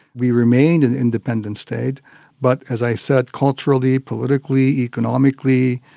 we remained an independent state but, as i said, culturally, politically, economically,